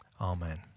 amen